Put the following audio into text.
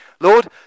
Lord